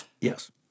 Yes